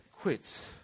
quits